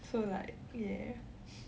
so like yeah